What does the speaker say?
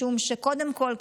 משום שקודם כול,